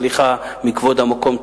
סליחה מכבוד המקום,